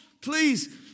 please